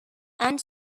and